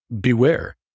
beware